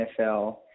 NFL